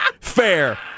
Fair